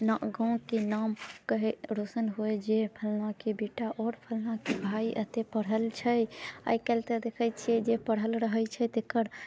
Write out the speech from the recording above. गाँवके नाम कहै रौशन होइ आओर जे फलाँके बेटा आओर फलाँके भाय एते पढ़ल छै आइ काल्हि तऽ देखै छियै जे पढ़ल रहै छै तकर